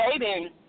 dating